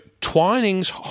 Twining's